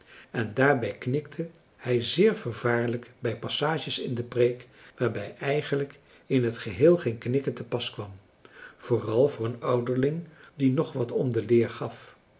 en daarbij knikte hij zeer vervaarlijk bij passages in de preek waarbij eigenlijk in het geheel geen knikken te pas kwam vooral voor een ouderling die nog wat om de leer gaf